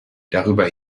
darüber